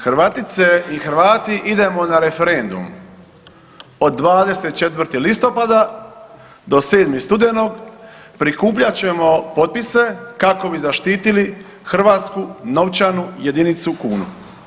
Hrvatice i Hrvati idemo na referendum od 24. listopada do 7. studenog prikupljat ćemo potpise kako bi zaštitili hrvatsku novčanu jedinicu kunu.